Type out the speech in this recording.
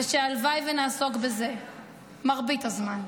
הלוואי שנעסוק בזה מרבית הזמן,